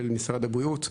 של משרד הבריאות,